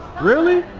really?